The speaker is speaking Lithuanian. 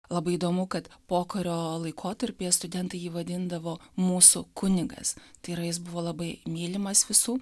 labai įdomu kad pokario laikotarpyje studentai jį vadindavo mūsų kunigas tai yra jis buvo labai mylimas visų